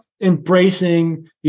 embracing